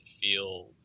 feel